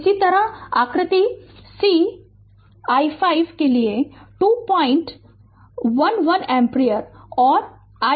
और इसी तरह आकृति c i5 के लिए 211 एम्पियर और i6 189 एम्पीयर दिया गया है